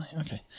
Okay